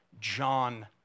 John